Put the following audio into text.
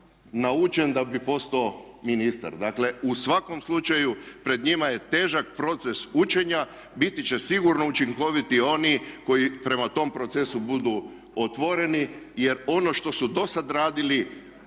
naučen da bi postao ministar. Dakle u svakom slučaju pred njima je težak proces učenja, biti će sigurno učinkoviti oni koji prema tom procesu budu otvoreni. Jer ono što su do sada radili